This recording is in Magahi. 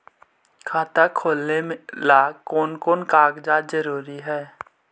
खाता खोलें ला कोन कोन कागजात जरूरी है?